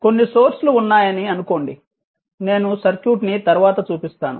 కొన్ని సోర్స్ లు ఉన్నాయని అనుకోండి నేను సర్క్యూట్ ని తరువాత చూపిస్తాను